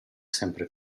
sempre